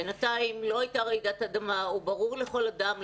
בינתיים לא היתה רעידת אדמה וברור לכל אדם,